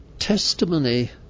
Testimony